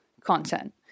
content